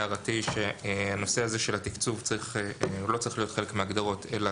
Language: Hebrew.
הערתי היא שהנושא הזה של התקצוב לא צריך להיות חלק מההגדרות אלא